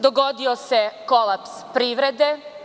Dogodio se kolaps privrede.